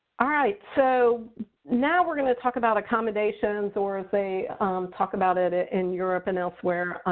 all right. so now we're going to talk about accommodations or as they talk about it it in europe and elsewhere,